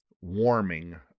warming